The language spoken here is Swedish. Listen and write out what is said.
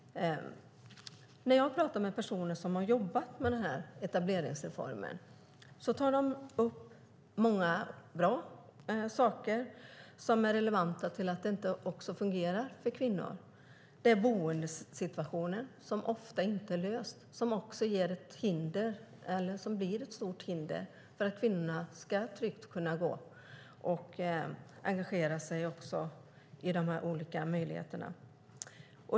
När jag pratar med personer som har jobbat med etableringsreformen tar de upp många saker som är relevanta för att det inte fungerar för kvinnor. Det är boendesituationen som ofta inte är löst. Det blir ett hinder för att kvinnorna tryggt ska kunna engagera sig på olika sätt.